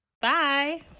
Bye